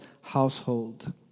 household